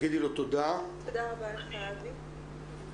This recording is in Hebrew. תודה רבה לך, אבי.